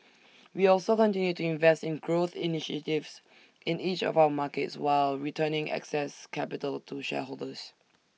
we also continued to invest in growth initiatives in each of our markets while returning excess capital to shareholders